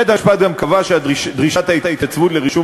בית-המשפט גם קבע שדרישת ההתייצבות לרישום